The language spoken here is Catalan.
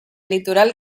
litoral